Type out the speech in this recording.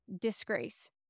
disgrace